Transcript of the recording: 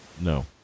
No